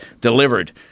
delivered